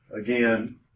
again